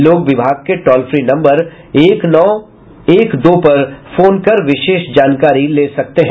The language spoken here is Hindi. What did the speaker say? लोग विभाग के टोल फ्री नम्बर एक नौ एक दो पर फोन कर विशेष जानकारी ले सकते हैं